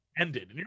ended